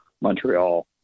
Montreal